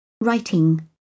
Writing